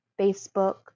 Facebook